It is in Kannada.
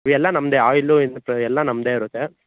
ಇವೆಲ್ಲ ನಮ್ಮದೆ ಆಯ್ಲು ಇದು ಪ್ರ ಎಲ್ಲ ನಮ್ಮದೆ ಇರುತ್ತೆ